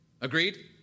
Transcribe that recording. Agreed